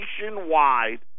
nationwide